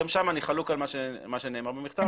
גם שם אני חלוק על מה שנאמר במכתב.